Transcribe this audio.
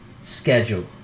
schedule